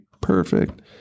Perfect